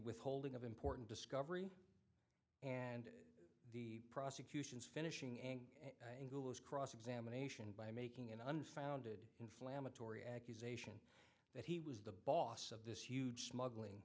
withholding of important discovery and the prosecution's finishing angle was cross examination by making an unfounded inflammatory accusation that he was the boss of this huge smuggling